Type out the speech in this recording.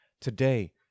today